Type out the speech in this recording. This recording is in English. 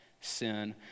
sin